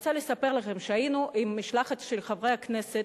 רוצה לספר לכם שהיינו עם משלחת של חברי הכנסת,